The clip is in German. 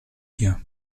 hier